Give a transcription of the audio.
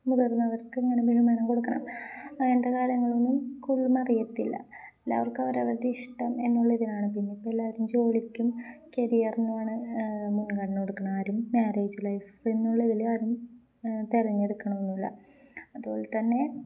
മുതിർന്നവർക്ക്ിങ്ങനെ ബഹിമാനം കൊടുക്കണം അങ്ങനത്തെ കാര്യങ്ങളൊന്നും കൂടുതലും അറിയത്തില്ല എല്ലാവർക്ക അവരവരുടെ ഇഷ്ടം എന്നുള്ളതിനലാണ് പിന്നെ ഇപ്പ എല്ലാരും ജോലിക്കും കരിയറിനണ് മുൻഗണിന കൊടുക്കണ ആരും മാരേജ് ലൈഫ് എന്നുള്ള ഇതില ആരും തെരഞ്ഞെടുക്കണൊന്നുല്ല അതുപോലെ തന്നെ